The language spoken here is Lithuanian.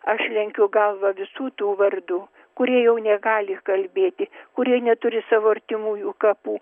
aš lenkiu galvą visų tų vardų kurie jau negali kalbėti kurie neturi savo artimųjų kapų